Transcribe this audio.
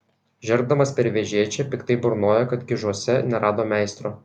žergdamas per vežėčią piktai burnojo kad gižuose nerado meistro